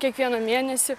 kiekvieną mėnesį